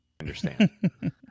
understand